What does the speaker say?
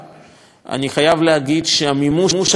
אני חייב להגיד שמימוש היעדים האלה